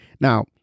Now